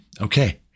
Okay